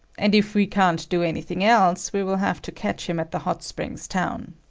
and if we can't do anything else, we will have to catch him at the hot springs town.